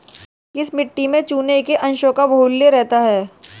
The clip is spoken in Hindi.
किस मिट्टी में चूने के अंशों का बाहुल्य रहता है?